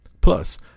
Plus